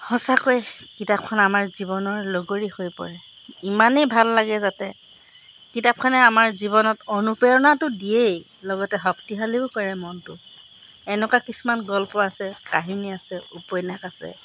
সঁচাকৈ কিতাপখন আমাৰ জীৱনৰ লগৰী হৈ পৰে ইমানেই ভাল লাগে যাতে কিতাপখনে আমাৰ জীৱনত অনুপ্ৰেৰণাটো দিয়েই লগতে শক্তিশালীও কৰে মনটো এনেকুৱা কিছুমান গল্প আছে কাহিনী আছে উপন্যাস আছে